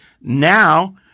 Now